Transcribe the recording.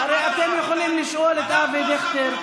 הרי אתם יכולים לשאול את אבי דיכטר.